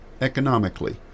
economically